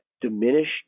diminished